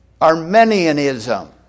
Armenianism